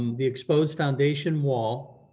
um the exposed foundation wall,